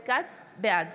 בעד